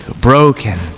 broken